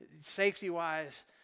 safety-wise